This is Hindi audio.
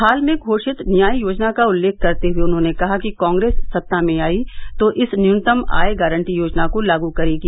हाल में घोषित न्याय योजना का उल्लेख करते हुए उन्होंने कहा कि कांग्रेस सत्ता में आई तो इस न्यूनतम आय गारंटी योजना को लागू करेगी